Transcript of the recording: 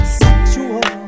sexual